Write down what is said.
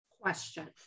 Question